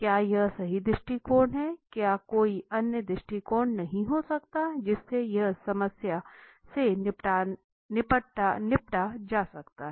क्या यह सही दृष्टिकोण है क्या कोई अन्य दृष्टिकोण नहीं हो सकता है जिससे इस समस्या से निपटा जा सकता है